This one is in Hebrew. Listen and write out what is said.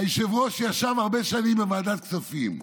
היושב-ראש ישב הרבה שנים בוועדת כספים.